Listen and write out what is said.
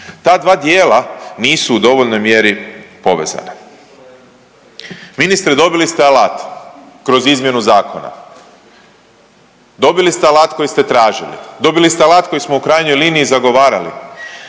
Ta dva dijela nisu u dovoljnoj mjeri povezana. Ministre, dobili ste alat kroz izmjenu zakona, dobili ste alat koji ste tražili, dobili ste alat koji smo u krajnjoj liniji zagovarali,